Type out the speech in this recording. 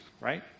right